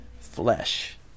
flesh